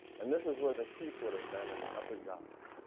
and this is where the teeth would have been in the upper jaws,